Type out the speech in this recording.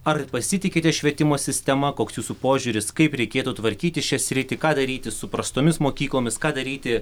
ar pasitikite švietimo sistema koks jūsų požiūris kaip reikėtų tvarkyti šią sritį ką daryti su prastomis mokyklomis ką daryti